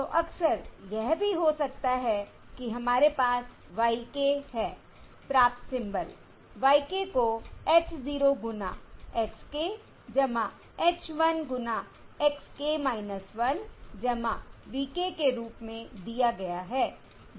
तो अक्सर यह भी हो सकता है कि हमारे पास y k है प्राप्त सिंबल y k को h 0 गुना x k h 1 गुना x k - 1 v k के रूप में दिया गया है जो कि नॉयस है